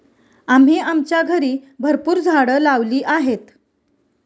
आम्ही आमच्या घरी भरपूर झाडं लावली आहेत